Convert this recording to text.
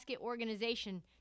organization